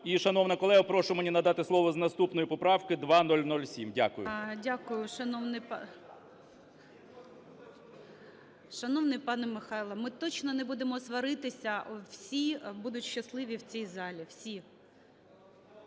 І, шановна колего, прошу мені надати слово з наступною поправкою 2007. Дякую. ГОЛОВУЮЧИЙ. Дякую, шановний пане Михайло, ми точно не будемо сваритися. Всі будуть щасливі в цій залі. Всі.